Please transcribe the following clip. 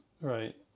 right